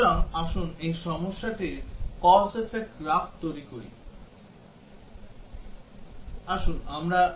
সুতরাং আসুন এই সমস্যাটির cause effect গ্রাফ তৈরীর চেষ্টা করি